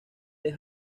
del